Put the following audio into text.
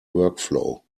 workflow